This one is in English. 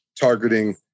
targeting